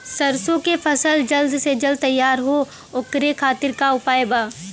सरसो के फसल जल्द से जल्द तैयार हो ओकरे खातीर का उपाय बा?